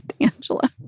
Angela